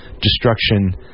destruction